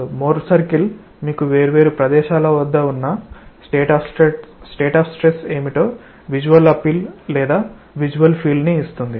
కాబట్టి more circle మీకు వేర్వేరు ప్రదేశాల వద్ద స్టేట్ ఆఫ్ స్ట్రెస్ ఏమిటో విజువల్ అప్పీల్ లేదా విజువల్ ఫీల్ ని ఇస్తుంది